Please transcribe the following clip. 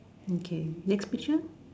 okay next picture